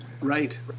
Right